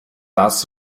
das